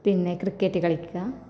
പിന്നെ ക്രിക്കറ്റ് കളിക്കുക